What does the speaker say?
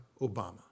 Obama